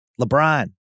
LeBron